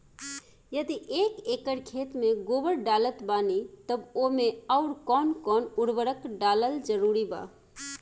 यदि एक एकर खेत मे गोबर डालत बानी तब ओमे आउर् कौन कौन उर्वरक डालल जरूरी बा?